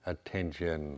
Attention